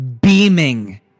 beaming